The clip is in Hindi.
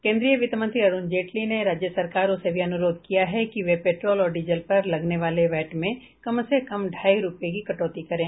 केन्द्रीय वित्त मंत्री अरूण जेटली ने राज्य सरकारों से भी अनुरोध किया है कि वे पेट्रोल और डीजल पर लगने वाले वैट में कम से कम ढाई रूपये की कटौती करें